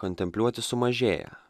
kontempliuoti sumažėja